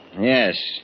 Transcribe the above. Yes